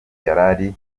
yari